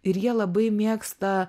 ir jie labai mėgsta